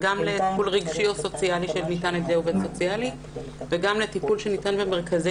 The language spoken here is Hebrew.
לטיפול רגשי או סוציאלי שניתן על ידי עובד סוציאלי וגם לטיפול שניתן במרכזי